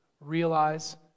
realize